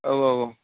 औ औ औ